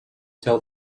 tell